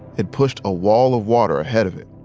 it pushed a wall of water ahead of it.